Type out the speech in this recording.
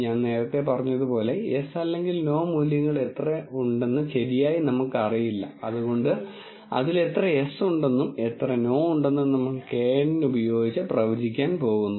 ഞാൻ നേരത്തെ പറഞ്ഞതുപോലെ യെസ് അല്ലെങ്കിൽ നോ മൂല്യങ്ങൾ എത്ര ഉണ്ടെന്ന് ശരിയായി നമുക്ക് അറിയില്ല അതുകൊണ്ട് അതിൽ എത്ര യെസ് ഉണ്ടെന്നും എത്ര നോ ഉണ്ടെന്നും നമ്മൾ knn ഉപയോഗിച്ച് പ്രവചിക്കാൻ പോകുന്നു